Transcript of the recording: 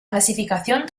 clasificación